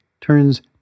turns